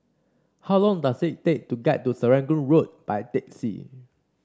how long does it take to get to Serangoon Road by taxi